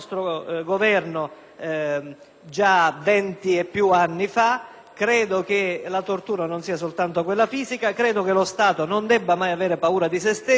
Credo che la tortura non sia solo quella fisica e che lo Stato non debba mai avere paura di se stesso. Credo che lo Stato non possa permettere a qualche